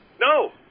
No